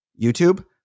YouTube